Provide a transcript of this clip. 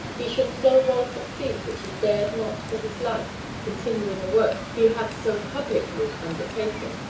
he should so well succeed that he dared not for his life continue in the work he had so publicly undertaken,